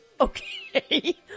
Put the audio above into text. Okay